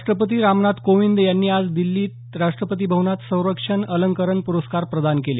राष्ट्रपती रामनाथ कोविंद यांनी आज दिह्लीत राष्ट्रपती भवनात संरक्षण अलंकरण प्रस्कार प्रदान केले